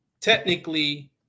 technically